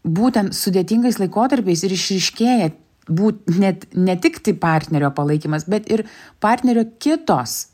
būtent sudėtingais laikotarpiais ir išryškėja būt net ne tiktai partnerio palaikymas bet ir partnerio kitos